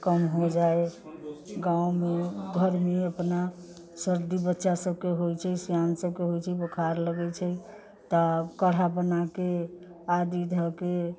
कम हो जाइ गाँवमे घरमे अपना सर्दी बच्चा सबके होइ छै सयान सबके होइ छै बोखार लगै छै तऽ काढ़ा बनाके आदी धऽ के